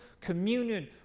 communion